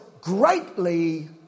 greatly